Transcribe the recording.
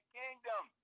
kingdom